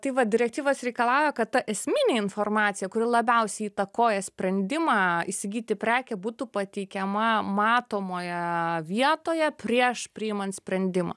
tai va direktyvos reikalauja kad ta esminė informacija kuri labiausiai įtakoja sprendimą įsigyti prekę būtų pateikiama matomoje vietoje prieš priimant sprendimą